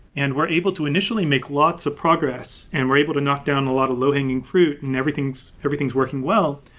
and we're able to initially make lots of progress and we're able to knockdown lot of low hanging fruit and everything so everything is working well,